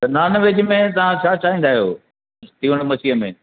त नॉनवैज में तव्हां छा ठाहींदा आहियो तीवण मच्छीअ में